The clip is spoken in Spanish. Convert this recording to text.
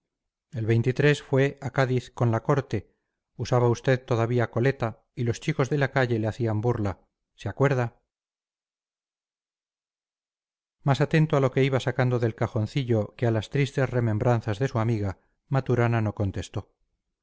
el fue a cádiz con la corte usaba usted todavía coleta y los chicos de la calle le hacían burla se acuerda más atento a lo que iba sacando del cajoncillo que a las tristes remembranzas de su amiga maturana no contestó